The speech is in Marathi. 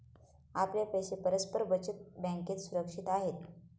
आपले पैसे परस्पर बचत बँकेत सुरक्षित आहेत